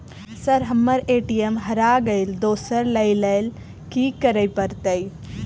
Sir हम्मर ATM हरा गइलए दोसर लईलैल की करऽ परतै?